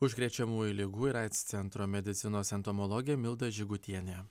užkrečiamųjų ligų ir aids centro medicinos entomologė milda žygutienė